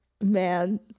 man